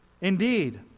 Indeed